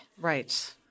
Right